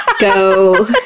Go